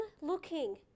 looking